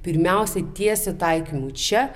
pirmiausiai tiesiu taikymu čia